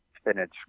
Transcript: spinach